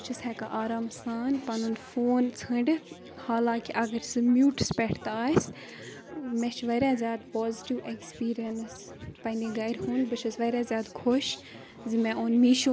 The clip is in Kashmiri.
اَلگٕے دُنیا اکھ یُس پَتہٕ اکھ ایٮڈَلٹ ایج چھُ سُہ تہِ چھُ اکھ اَلگٕے دُنیا اکھ زٕ دُنیا یِم چھِ یِم چھِ پیٚوان اِنسانَس بیلنٕس کٔرِتھ پَکناوٕنۍ تِکیازِ خاص کر یُس وُہ ؤریچ کوٗر آسہِ تٔمِس